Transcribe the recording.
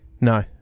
No